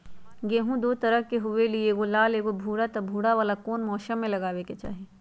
गेंहू दो तरह के होअ ली एगो लाल एगो भूरा त भूरा वाला कौन मौसम मे लगाबे के चाहि?